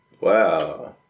Wow